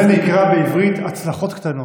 זה נקרא בעברית: הצלחות קטנות.